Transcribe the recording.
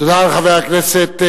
תודה לחבר הכנסת.